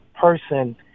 person